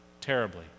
terribly